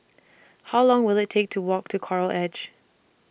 How Long Will IT Take to Walk to Coral Edge